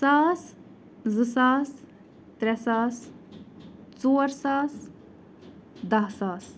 ساس زٕ ساس ترٛےٚ ساس ژور ساس دَہ ساس